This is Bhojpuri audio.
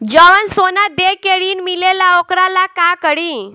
जवन सोना दे के ऋण मिलेला वोकरा ला का करी?